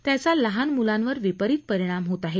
त्याचा लहान मुलांवर विपरीत परिणाम होत आहे